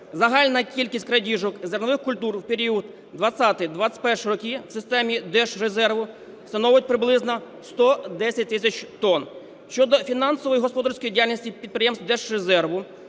загальна кількість крадіжок зернових культур у період 2020-2021 років у системі Держрезерву становить приблизно 110 тисяч тонн. Щодо фінансової і господарської діяльності підприємств Держрезерву,